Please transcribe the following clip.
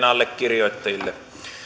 allekirjoittajille